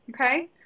Okay